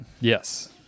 Yes